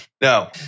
No